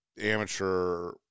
amateur